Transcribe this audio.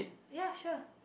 ya sure